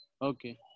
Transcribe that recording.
Okay